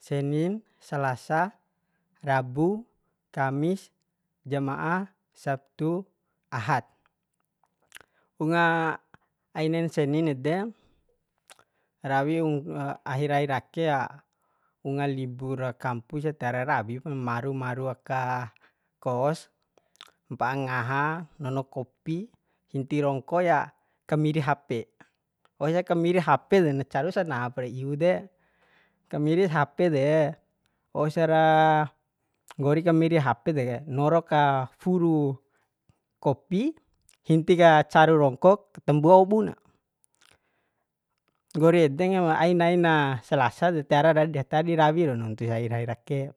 Senin salasa rabu kamis jama'a sabtu ahad unga ai nain senin ede rawi ku ahir ahira ke ya unga libura kampusa tara rawi pa maru maru aka kos mpa'a ngaha nono kopi hinti rongko ya kamiri hape wausa kamiri hape de na caru sana par iu de kamiris hape de waursa nggori kamiri hape de noro kafuru kopihinti ka caru rongkok katambua obu na nggori ede nggahim ai naina salasa de tiara tiara di rawi raun nuntusa ahir ahir ake